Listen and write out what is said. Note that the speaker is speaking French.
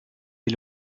des